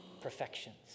perfections